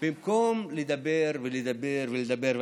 במקום לדבר ולדבר ולדבר,